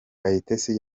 kayitesi